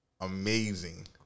Amazing